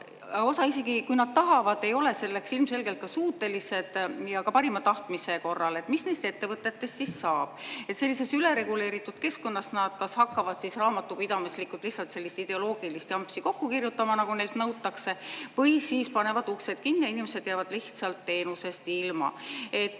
Osa, isegi kui nad tahavad, ei ole selleks ilmselgelt ka suutelised ja ka parima tahtmise korral. Mis neist ettevõtetest siis saab? Sellises ülereguleeritud keskkonnas nad kas hakkavad raamatupidamislikult lihtsalt sellist ideoloogilist jampsi kokku kirjutama, nagu neilt nõutakse, või siis panevad uksed kinni ja inimesed jäävad lihtsalt teenusest ilma. Me